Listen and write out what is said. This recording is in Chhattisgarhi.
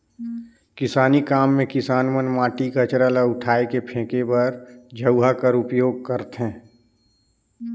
किसानी काम मे किसान मन माटी, कचरा ल उठाए फेके बर झउहा कर उपियोग करथे